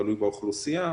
תלוי באוכלוסייה,